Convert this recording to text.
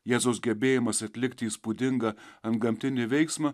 jėzaus gebėjimas atlikti įspūdingą antgamtinį veiksmą